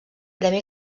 premi